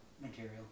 material